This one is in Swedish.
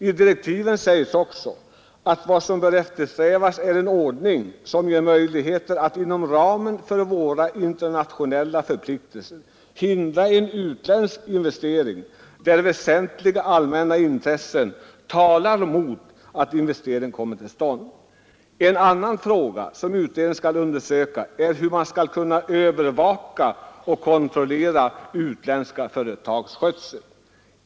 I direktiven sägs att vad som bör eftersträvas är en ordning som ger möjligheter att inom ramen för våra internationella förpliktelser hindra en utländsk investering där väsentliga allmänna intressen talar mot att en investering kommer till stånd. En annan fråga som utredningen skall undersöka är hur man skall kunna övervaka och kontrollera utlandsägda företags skötsel.